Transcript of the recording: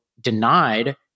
denied